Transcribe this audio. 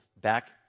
back